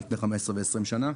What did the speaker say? לפני 15 ו-20 שנים.